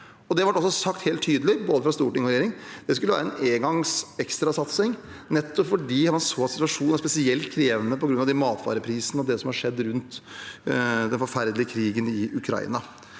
Det ble også sagt helt tydelig fra både storting og regjering at det skulle være en ekstra engangssatsing, nettopp fordi man så at situasjonen er spesielt krevende på grunn av matvareprisene og det som har skjedd rundt den forferdelige krigen i Ukraina.